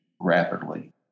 rapidly